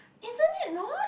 isn't it not